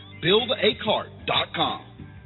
Buildacart.com